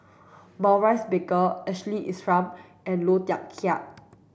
Maurice Baker Ashley Isham and Low Thia Khiang